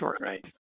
Right